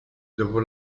dopo